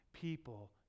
people